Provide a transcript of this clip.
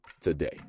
today